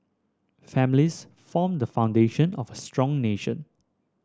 families form the foundation of a strong nation